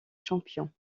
champions